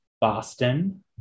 Boston